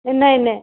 नहि नहि